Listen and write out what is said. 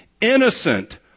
innocent